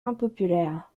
impopulaires